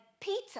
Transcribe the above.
Peter